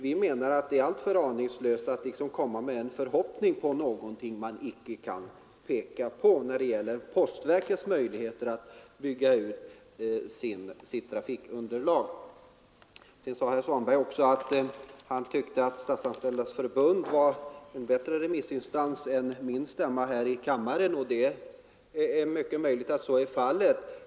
Vi menar att det är alltför aningslöst att hysa en förhoppning om någonting som man inte konkret kan påvisa när det gäller postverkets möjligheter att bygga ut underlaget för verksamheten. Vidare sade herr Svanberg att han tyckte att remissyttrandet från Statsanställdas förbund var mera att rätta sig efter än min stämma här i kammaren. Det är mycket möjligt att så är fallet.